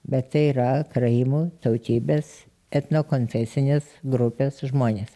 bet tai yra karaimų tautybės etnokonfesinės grupės žmonės